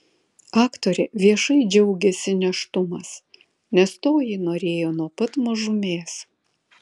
aktorė viešai džiaugiasi nėštumas nes to ji norėjo nuo pat mažumės